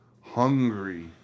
hungry